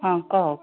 অঁ কওক